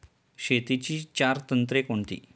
शेतीची चार तंत्रे कोणती?